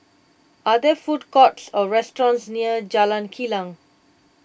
are there food courts or restaurants near Jalan Kilang